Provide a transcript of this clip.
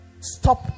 Stop